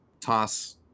toss